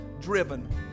driven